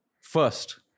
first